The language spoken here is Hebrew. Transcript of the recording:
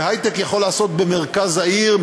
והיי-טק יכול להיעשות במרכז העיר,